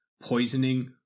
poisoning